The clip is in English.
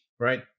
right